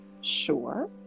sure